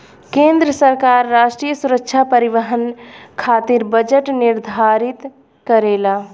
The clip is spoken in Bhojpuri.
केंद्र सरकार राष्ट्रीय सुरक्षा परिवहन खातिर बजट निर्धारित करेला